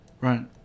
Right